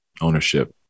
ownership